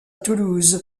toulouse